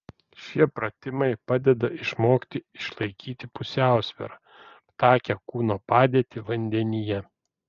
šie pratimai padeda išmokti išlaikyti pusiausvyrą aptakią kūno padėtį vandenyje